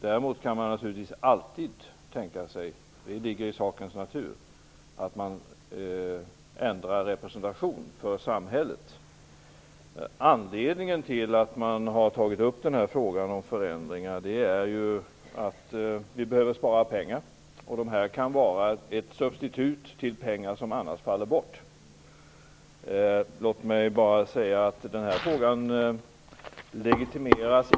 Däremot kan man naturligtvis alltid tänka sig, det ligger i sakens natur, att man ändrar representation för samhället. Anledningen till att man har tagit upp frågan om förändringar är att vi behöver spara pengar, och detta kan vara ett substitut till pengar som annars faller bort. Låt mig bara säga att den här frågan inte legitimeras.